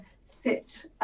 sit